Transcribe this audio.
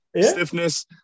stiffness